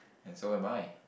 and so am I